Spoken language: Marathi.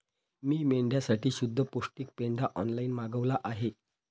मी मेंढ्यांसाठी शुद्ध पौष्टिक पेंढा ऑनलाईन मागवला आहे